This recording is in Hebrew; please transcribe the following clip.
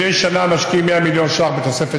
מדי שנה משקיעים 100 מיליון ש"ח בתוספת